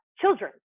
children